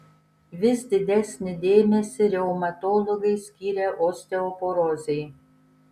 vis didesnį dėmesį reumatologai skiria osteoporozei